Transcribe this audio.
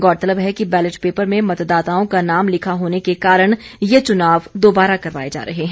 गौरतलब है कि बैलेट पेपर में मतदाताओं का नाम लिखा होने के कारण ये चुनाव दोबारा करवाए जा रहे हैं